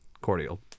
cordial